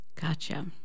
Gotcha